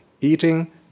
eating